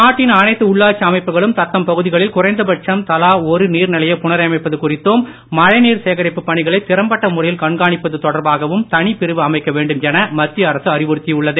நாட்டின் அனைத்து உள்ளாட்சி அமைப்புகளும் தத்தம் பகுதிகளில் குறைந்தபட்சம் தலா ஒரு நீர்நிலையை புனரமைப்பது குறித்தும் மழைநீர் சேகரிப்புப் பணிகளை திறம்பட்ட தொடர்பாகவும் தனிப்பிரிவு அமைக்க வேண்டும் என மத்திய அரசு அறிவுறுத்தியுள்ளது